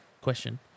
question